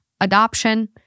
adoption